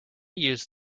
use